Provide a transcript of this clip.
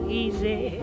easy